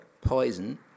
poison